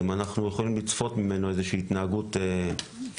אם אנחנו יכולים לצפות ממנו לאיזושהי התנהגות אלימה.